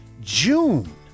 June